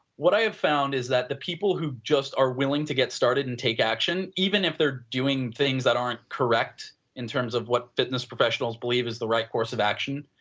what i have found is that the people who just are willing to get started and take action, even if they are doing things that aren't correct in terms of what fitness professionals believed as the right course of action,